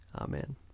Amen